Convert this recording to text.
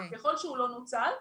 ככל שהוא לא נוצל.